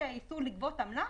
כשהיה איסור לגבות עמלה,